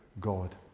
God